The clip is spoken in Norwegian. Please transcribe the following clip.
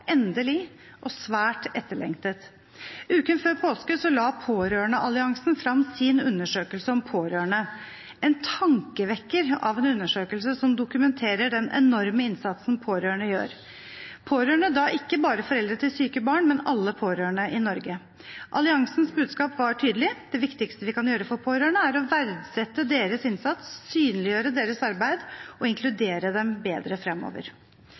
endelig, og svært etterlengtet. Uken før påske la Pårørendealliansen frem sin undersøkelse om pårørende, en tankevekker av en undersøkelse, som dokumenterer den enorme innsatsen pårørende gjør, ikke bare foreldre til syke barn, men alle pårørende i Norge. Alliansens budskap var tydelig: Det viktigste vi kan gjøre for pårørende, er å verdsette deres innsats, synliggjøre deres arbeid og inkludere dem bedre fremover.